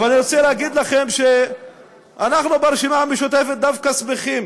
אבל אני רוצה להגיד לכם שאנחנו ברשימה המשותפת דווקא שמחים